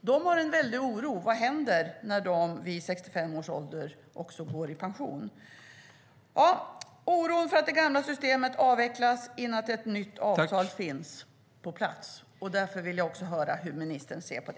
De känner stor oro i dag. Vad händer när de vid 65 års ålder också går i pension? Oron är stor för att det gamla systemet avvecklas innan ett nytt avtal finns på plats. Därför vill jag höra hur ministern ser på det.